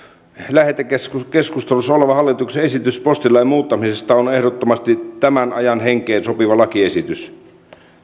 lähetekeskustelussa oleva hallituksen esitys postilain muuttamisesta on ehdottomasti tämän ajan henkeen sopiva lakiesitys